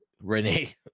Renee